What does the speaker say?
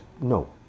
No